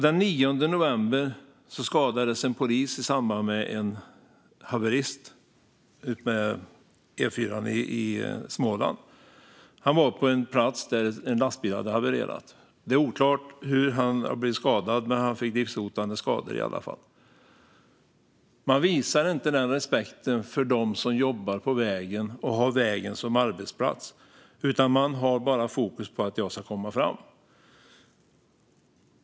Den 9 november skadades en polis i samband med ett haveri utmed E4:an i Småland. Han var på en plats där en lastbil hade havererat. Det är oklart hur han blev skadad, men han fick i alla fall livshotande skador. Man visar inte respekt för dem som jobbar på vägen och som har vägen som arbetsplats, utan man har bara fokus på att komma fram.